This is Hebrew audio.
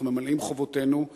אנחנו ממלאים חובותינו,